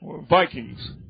Vikings